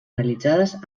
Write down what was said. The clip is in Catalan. realitzades